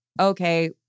okay